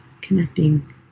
connecting